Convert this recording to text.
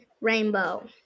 Rainbow